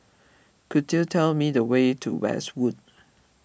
could you tell me the way to Westwood